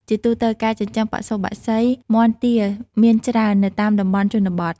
ជាទូទៅ ការចិញ្ចឹមបសុបក្សីមាន់ទាមានច្រើននៅតាមតំបន់ជនបទ